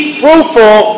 fruitful